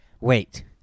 Wait